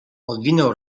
odwinął